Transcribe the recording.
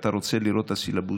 שאתה רוצה לראות את הסילבוס,